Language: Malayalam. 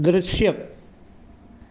ദൃശ്യം